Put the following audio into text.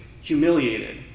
humiliated